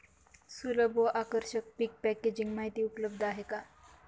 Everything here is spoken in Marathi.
सुलभ व आकर्षक पीक पॅकेजिंग माहिती उपलब्ध आहे का?